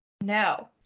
No